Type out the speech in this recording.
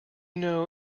know